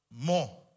More